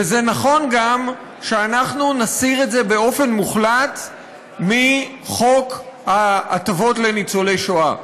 וזה נכון גם שאנחנו נסיר את זה באופן מוחלט מחוק ההטבות לניצולי שואה.